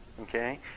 Okay